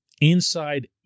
inside